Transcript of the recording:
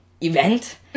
Event